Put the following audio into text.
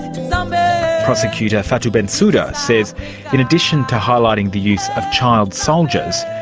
um prosecutor fatou bensouda says in addition to highlighting the use of child soldiers,